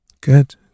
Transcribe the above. Good